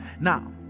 now